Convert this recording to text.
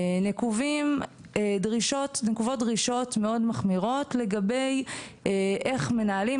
נקובות דרישות מאוד מחמירות לגבי איך מנהלים,